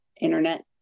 internet